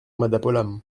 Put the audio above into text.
madapolam